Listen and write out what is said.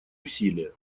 усилия